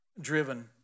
driven